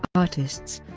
artists